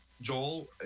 Joel